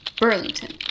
Burlington